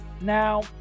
Now